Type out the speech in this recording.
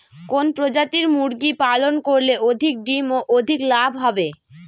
কোন প্রজাতির মুরগি পালন করলে অধিক ডিম ও অধিক লাভ হবে?